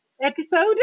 episode